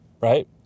right